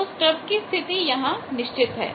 तो स्टब कि स्थिति यहां निश्चित है